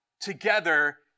together